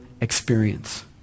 experience